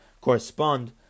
correspond